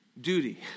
duty